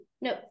no